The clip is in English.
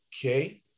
okay